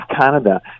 canada